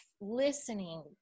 listening